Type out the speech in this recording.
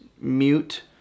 mute